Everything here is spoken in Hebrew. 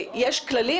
יש כללים,